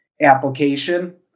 application